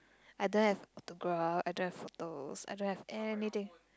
I don't have autograph I don't have photos I don't have anything